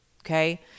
Okay